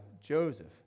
Joseph